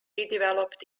redeveloped